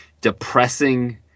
depressing